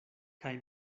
kaj